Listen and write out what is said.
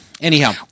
anyhow